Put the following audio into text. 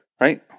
Right